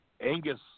Angus